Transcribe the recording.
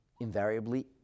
invariably